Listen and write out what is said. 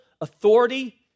authority